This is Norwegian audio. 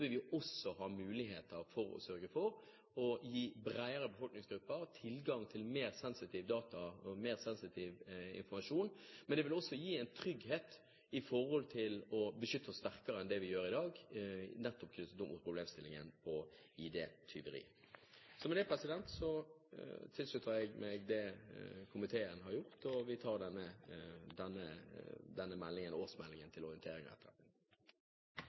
vil vi også ha muligheter for å sørge for å gi bredere befolkningsgrupper tilgang til mer sensitiv data og mer sensitiv informasjon. Men det vil også gi en trygghet i forhold til å beskytte oss sterkere enn det vi gjør i dag, nettopp knyttet opp mot problemstillingen med ID-tyveri. Med det slutter jeg meg til det komiteen har gjort, og vi tar denne årsmeldingen til orientering og etterretning. Personvernet har egentlig aldri vært så truet som det er nå, og aldri har vi sett at